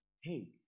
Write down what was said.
hey